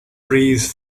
breathes